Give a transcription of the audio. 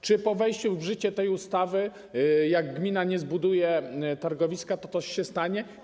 Czy po wejściu w życie tej ustawy, jak gmina nie zbuduje targowiska, coś się stanie?